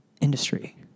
industry